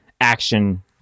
action